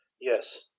Yes